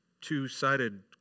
two-sided